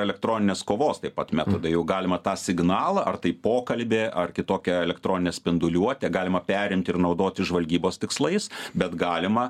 elektroninės kovos taip pat metu tai jau galima tą signalą ar tai pokalbį ar kitokią elektroninę spinduliuotę galima perimti ir naudotis žvalgybos tikslais bet galima